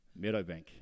Meadowbank